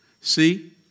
see